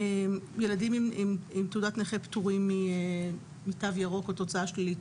ילדים עם תעודת נכה פטורים מתו ירוק או תוצאה שלילית.